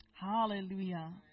Hallelujah